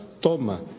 Toma